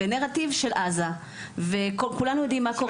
בנרטיב של עזה וכולנו יודעים מה קורה